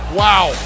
wow